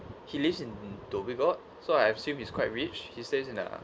he lives in dhoby ghaut so I assume he's quite rich he stays in a